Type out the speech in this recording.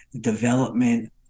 development